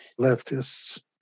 leftists